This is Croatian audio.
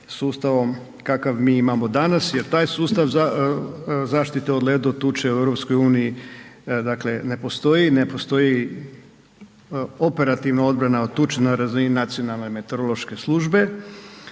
sustavom kakav mi imamo danas jer taj sustav zaštite od ledotuče u EU dakle ne postoji. Ne postoji operativna odbrana od tuče na razini nacionalne meteorološke službe.